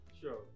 Sure